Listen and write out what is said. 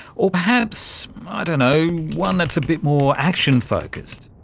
or perhaps, i don't know, one that's a bit more action-focused.